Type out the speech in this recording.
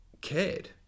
cared